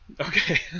Okay